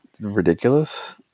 ridiculous